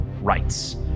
rights